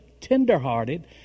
tenderhearted